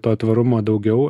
to tvarumo daugiau